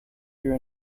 your